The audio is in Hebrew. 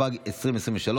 התשפ"ג 2023,